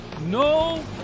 no